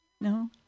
No